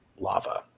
lava